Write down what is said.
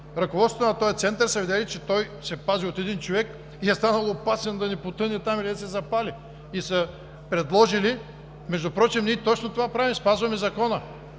ръководството на този център са видели, че той се пази от един човек и е станал опасен да не потъне там или да се запали и са предложили. Между другото, ние точно това правим: спазваме закона!